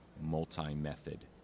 multi-method